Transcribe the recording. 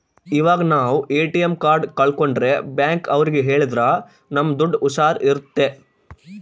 ಇವಾಗ ನಾವ್ ATM card ಕಲ್ಕೊಂಡ್ರೆ ಬ್ಯಾಂಕ್ ಅವ್ರಿಗೆ ಹೇಳಿದ್ರ ನಮ್ ದುಡ್ಡು ಹುಷಾರ್ ಇರುತ್ತೆ